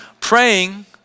praying